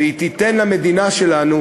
ותיתן למדינה שלנו